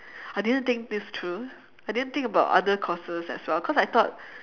I didn't think this through I didn't think about other courses as well because I thought